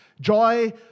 Joy